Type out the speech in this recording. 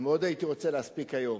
ומאוד הייתי רוצה להספיק היום.